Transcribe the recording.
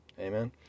Amen